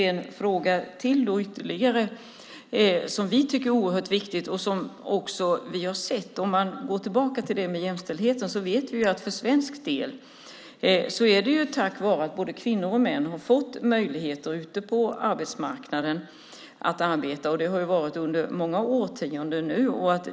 En ytterligare fråga som vi tycker är oerhört viktig, om vi går tillbaka till jämställdheten, är att både kvinnor och män i Sverige fått möjlighet att vara ute på arbetsmarknaden. Så har det varit under många årtionden.